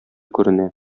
күренә